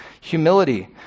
Humility